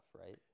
right